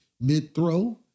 mid-throw